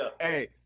Hey